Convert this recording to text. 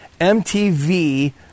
MTV